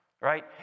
right